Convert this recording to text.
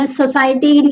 society